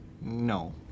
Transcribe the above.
No